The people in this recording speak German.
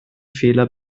fehler